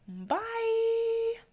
bye